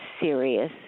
serious